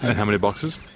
how many boxes?